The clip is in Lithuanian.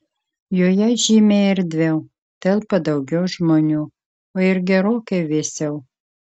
joje žymiai erdviau telpa daugiau žmonių o ir gerokai vėsiau